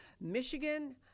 michigan